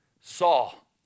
Saul